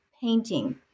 painting